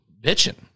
bitching